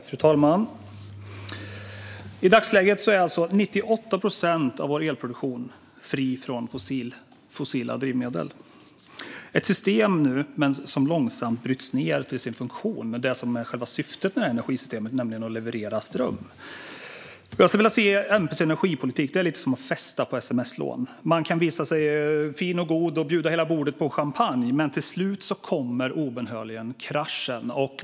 Fru talman! I dagsläget är 98 procent av vår elproduktion fri från fossila drivmedel. Detta system och dess funktion att leverera ström, som ju är själva syftet med energisystemet, bryts nu långsamt ned. Jag skulle vilja säga att S-MP:s energipolitik är som att festa på sms-lån. Man kan visa sig fin och god och bjuda hela bordet på champagne, men till slut kommer obönhörligen kraschen.